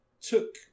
took